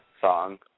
song